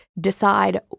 decide